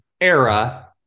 era